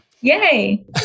Yay